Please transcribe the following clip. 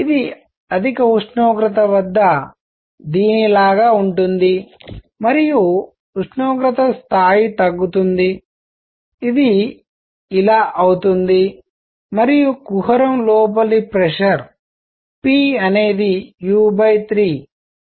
ఇది అధిక ఉష్ణోగ్రత వద్ద దీని లాగా ఉంటుంది మరియు ఉష్ణోగ్రత స్థాయి తగ్గుతుంది ఇది ఇలా అవుతుంది మరియు కుహరం లోపలి ప్రెషర్ p అనేది u 3